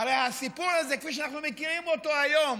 הרי הסיפור הזה כפי שאנחנו מכירים אותו היום,